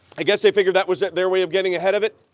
i guess, they figured that was their way of getting ahead of it.